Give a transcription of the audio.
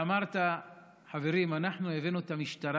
ואמרת: חברים, אנחנו הבאנו את המשטרה.